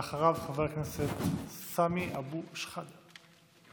ואחריו, חבר הכנסת סמי אבו שחאדה.